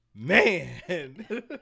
Man